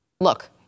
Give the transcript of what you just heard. look